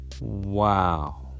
Wow